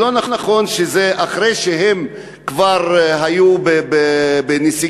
זה לא נכון שזה אחרי שהם כבר היו בנסיגה,